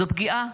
זו פגיעה